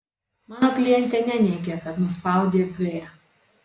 mano klientė neneigia kad nuspaudė g